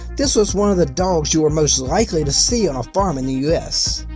this was one of the dogs you were most likely to see on a farm in the us,